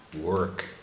Work